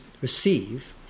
receive